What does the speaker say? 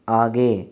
आगे